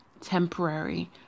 temporary